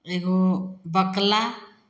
एगो बकला